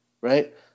right